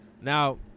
now